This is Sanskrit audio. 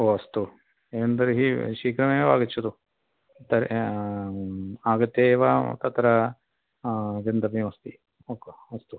ओ अस्तु एवं तर्हि शीघ्रमेव आगच्छतु तर्हि आगत्य एव तत्र गन्तव्यमस्ति अस्तु